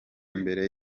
mbere